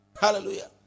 Hallelujah